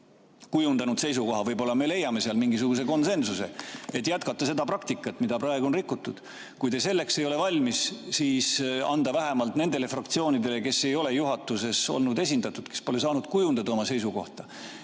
ja kujundanud seisukoha. Võib-olla me leiame seal mingisuguse konsensuse, et jätkata seda praktikat, mida praegu on rikutud. Kui te selleks ei ole valmis, siis andke vähemalt nendele fraktsioonidele, kes ei ole olnud juhatuses esindatud, kes pole saanud kujundada oma seisukohta,